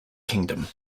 kingdom